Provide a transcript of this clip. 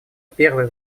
первой